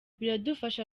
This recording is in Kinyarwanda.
biradufasha